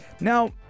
now